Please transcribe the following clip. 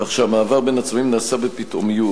כך שהמעבר בין הצבעים נעשה בפתאומיות.